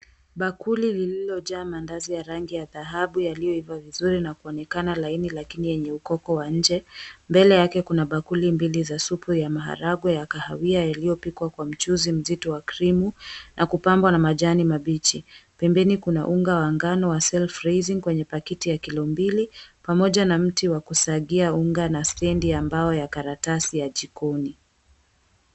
Bakuli lililojaa maandazi ya rangi ya dhahabu yaliyoiva vizuri na kuonekana laini lakini yenye ukoko wa nje. Mbele yake kuna bakuli mbili za supu ya maharagwe ya kahawia yaliyopikwa kwa mchuzi mzito wa krimu na kupambwa na majani mabichi. Pembeni kuna unga wa ngano wa self raising kwenye pakiti ya kilo mbili, pamoja na mti wa kusagia unga na stendi ya mbao ya karatasi ya jikoni.